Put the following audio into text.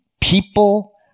people